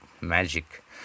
magic